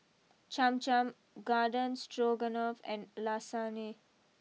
Cham Cham Garden Stroganoff and Lasagne